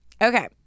Okay